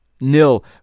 nil